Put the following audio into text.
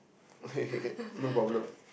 okay okay can no problem